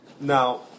Now